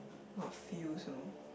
what feels you know